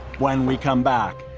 when we come back,